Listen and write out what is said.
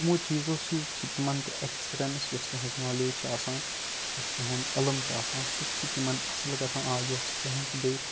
تِمو چیٖزَو سۭتۍ چھِ تِمَن تہِ اٮ۪کٕسپِرَنٕس یۄس تِہٕنٛز نالیج چھِ آسان یُس تِہُنٛد علم چھِ آسان سُہ تہِ چھِ تِمَن اَصٕل گژھان آ یۄس تِہٕنٛز بیٚیہِ